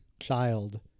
child